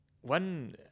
One